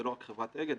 זה לא רק חברת אגד,